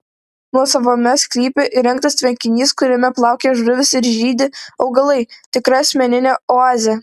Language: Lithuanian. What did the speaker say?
nuosavame sklype įrengtas tvenkinys kuriame plaukioja žuvys ir žydi augalai tikra asmeninė oazė